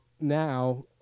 now